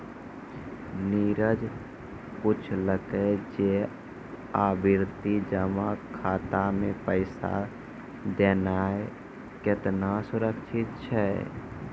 नीरज पुछलकै जे आवर्ति जमा खाता मे पैसा देनाय केतना सुरक्षित छै?